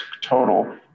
total